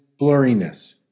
blurriness